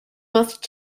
must